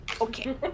Okay